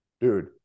dude